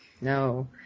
No